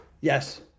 yes